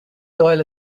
soil